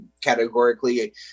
categorically